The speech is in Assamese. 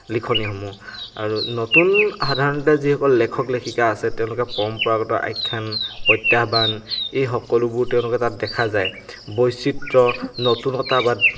লিখনিসমূহ আৰু নতুন সাধাৰণতে যিসকল লেখক লেখিকা আছে তেওঁলোকে পৰম্পৰাগত আখ্যান প্ৰত্যাহ্বান এই সকলোবোৰ তেওঁলোকে তাত দেখা যায় বৈচিত্ৰ নতুনতা বা